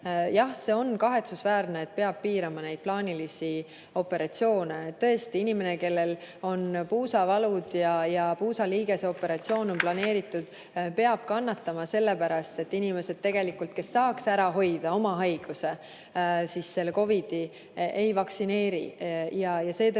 Jah, see on kahetsusväärne, et peab piirama plaanilisi operatsioone. Tõesti, inimene, kellel on puusavalud ja puusaliigese operatsioon on planeeritud, peab kannatama sellepärast, et inimesed, kes tegelikult saaks ära hoida oma haiguse, COVID‑i, ei vaktsineeri. Seetõttu